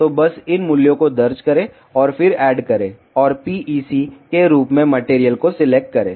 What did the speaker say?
तो बस इन मूल्यों को दर्ज करें और फिर ऐड करें और PEC के रूप में मटेरियल को सिलेक्ट करें